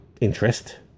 interest